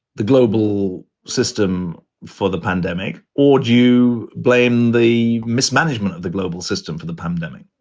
the global system for the pandemic or do you blame the mismanagement of the global system for the pandemic?